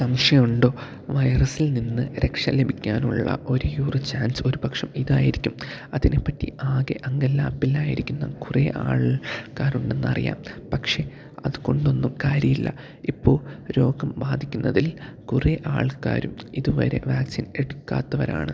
സംശയം ഉണ്ടോ വൈറസിൽനിന്നു രക്ഷ ലഭിക്കാനുള്ള ഒരേയൊരു ചാൻസ് ഒരുപക്ഷെ ഇതായിരിക്കും അതിനെപ്പറ്റി ആകെ അങ്കലാപ്പിലായിരിക്കുന്ന കുറേ ആൾക്കാർ ഉണ്ടെന്നറിയാം പക്ഷെ അതുകൊണ്ടൊന്നും കാര്യമില്ല ഇപ്പോള് രോഗം ബാധിക്കുന്നതിൽ കുറേ ആൾക്കാരും ഇതുവരെ വാക്സിൻ എടുക്കാത്തവരാണ്